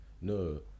No